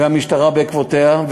והמשטרה בעקבותיהם,